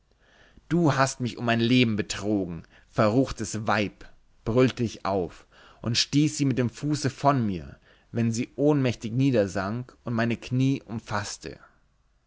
du hast mich um mein leben betrogen verruchtes weib brüllte ich auf und stieß sie mit dem fuße von mir wenn sie ohnmächtig niedersank und meine knie umfaßte